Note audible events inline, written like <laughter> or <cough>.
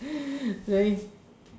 <breath> very